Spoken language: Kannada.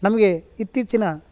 ನಮಗೆ ಇತ್ತೀಚಿನ